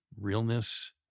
realness